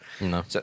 No